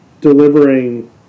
delivering